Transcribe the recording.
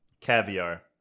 Caviar